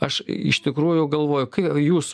aš iš tikrųjų galvoju kai jūs